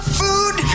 food